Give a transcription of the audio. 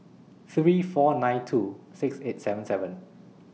three four nine two six eight seven seven